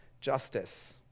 justice